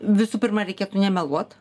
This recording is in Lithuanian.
visų pirma reikėtų nemeluot